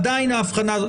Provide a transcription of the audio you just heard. עדיין ההבחנה.